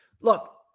look